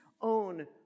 own